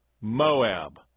Moab